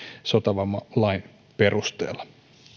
sotavammalain perusteella